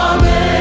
Amen